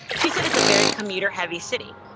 she said it's a very commuter-heavy city.